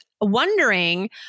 wondering